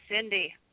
Cindy